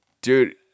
Dude